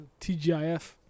TGIF